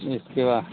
इसके बाद